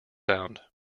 sound